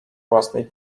własnej